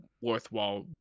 worthwhile